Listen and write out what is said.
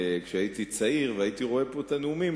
כשהייתי צעיר והייתי רואה את הנאומים פה,